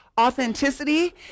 authenticity